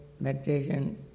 meditation